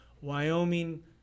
wyoming